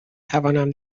توانم